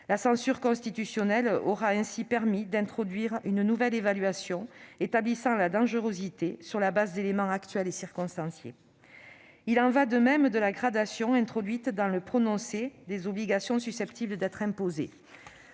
La censure constitutionnelle aura ainsi permis d'introduire une nouvelle évaluation établissant la dangerosité sur la base d'éléments actuels et circonstanciés. Il en va de même de la gradation introduite dans le prononcé des obligations susceptibles d'être imposées.